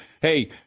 Hey